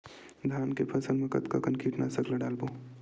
धान के फसल मा कतका कन कीटनाशक ला डलबो?